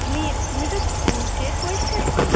তুমি তুমি তো টেস্ট পরীক্ষার্থী